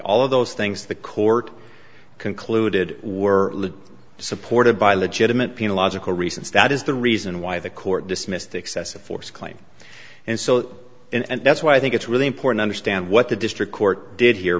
all of those things the court concluded were supported by legitimate pain logical reasons that is the reason why the court dismissed excessive force claim and so and that's why i think it's really important understand what the district court did here